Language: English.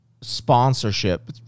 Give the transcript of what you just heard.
sponsorship